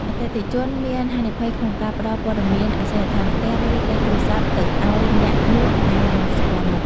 អតិថិជនមានហានិភ័យក្នុងការផ្តល់ព័ត៌មានអាសយដ្ឋានផ្ទះ ឬលេខទូរស័ព្ទទៅឱ្យអ្នកលក់ដែលមិនស្គាល់មុខ។